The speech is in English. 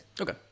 Okay